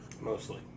Mostly